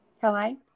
Hello